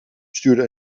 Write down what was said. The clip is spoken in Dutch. stuurde